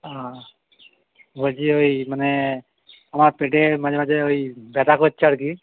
বলছি ওই মানে আমার পেটে মাঝে মাঝে ওই ব্যথা করছে আর কি